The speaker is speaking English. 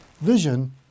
vision